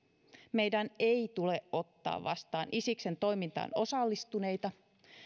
meidän ei tule ottaa vastaan isiksen toimintaan osallistuneita